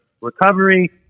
recovery